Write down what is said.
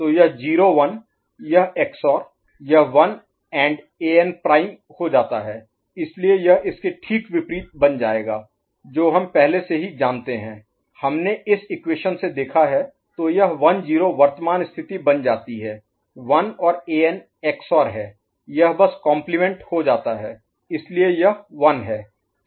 तो 0 1 यह XOR यह 1 AND An प्राइम An' हो जाता है इसलिए यह इसके ठीक विपरीत बन जाएगा जो हम पहले से ही जानते हैं हमने इस इक्वेशन से देखा है तो यह 1 0 वर्तमान स्थिति बन जाती है 1 और An XOR है यह बस कॉम्प्लीमेंट हो जाता है इसलिए यह 1 है